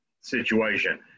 situation